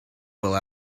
will